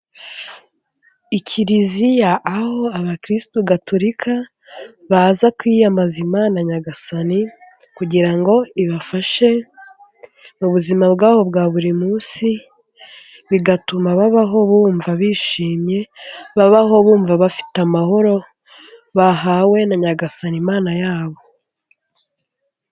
Ikiliziya aho abakiristu Gatolika baza kwiyambaza Imana nyagasani, kugira ngo ibafashe mu buzima bwabo bwa buri munsi ,bigatuma babaho bumva bishimye, babaho bumva bafite amahoro ,bahawe na nyagasani Imana yabo.